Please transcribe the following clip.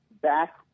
back